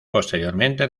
posteriormente